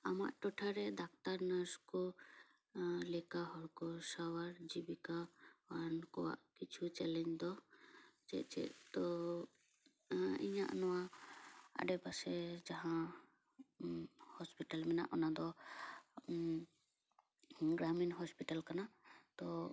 ᱟᱢᱟᱜ ᱴᱚᱴᱷᱟ ᱨᱮ ᱰᱟᱠᱛᱟᱨ ᱱᱟᱨᱥᱠᱚ ᱞᱮᱠᱟ ᱦᱚᱲ ᱠᱚ ᱥᱟᱶᱟᱨ ᱡᱤᱵᱤᱠᱟ ᱟᱨ ᱱᱩᱠᱩᱣᱟᱜ ᱠᱤᱪᱷᱩ ᱪᱮᱞᱮᱡᱽ ᱫᱚ ᱪᱮᱫ ᱪᱮᱫ ᱛᱚ ᱤᱧᱟᱹᱜ ᱱᱚᱣᱟ ᱟᱰᱮ ᱯᱟᱥᱮ ᱡᱟᱦᱟᱸ ᱦᱳᱥᱯᱤᱴᱟᱞ ᱢᱮᱱᱟᱜ ᱚᱱᱟ ᱫᱚ ᱜᱨᱟᱢᱤᱱ ᱦᱳᱥᱯᱤᱴᱟᱞ ᱠᱟᱱᱟ ᱛᱚ